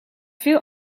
veel